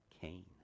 Cain